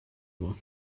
его